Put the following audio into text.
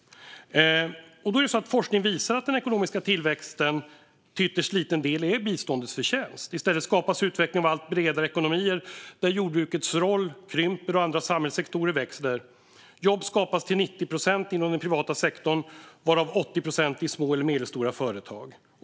Forskning visar att den ekonomisk tillväxten till ytterst liten del är biståndets förtjänst. I stället skapas utvecklingen av allt bredare ekonomier där jordbrukets roll krymper och andra samhällssektorer växer. Jobb skapas till 90 procent inom den privata sektorn, varav 80 procent i små eller medelstora företag.